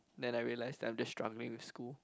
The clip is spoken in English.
then I realise that I'm just struggling with school